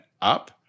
up